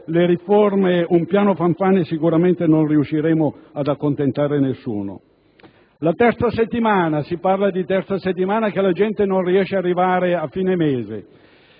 aspettiamo un piano Fanfani sicuramente non riusciremo ad accontentare nessuno. La terza settimana. Si parla di terza settimana nel senso che la gente non riesce ad arrivare a fine mese.